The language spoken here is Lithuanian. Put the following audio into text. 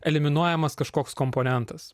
eliminuojamas kažkoks komponentas